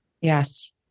Yes